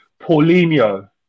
Paulinho